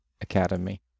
Academy